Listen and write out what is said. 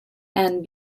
and